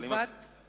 היא